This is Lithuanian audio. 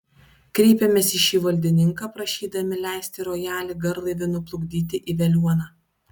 kreipėmės į šį valdininką prašydami leisti rojalį garlaiviu nuplukdyti į veliuoną